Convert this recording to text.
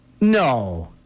No